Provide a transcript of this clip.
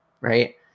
Right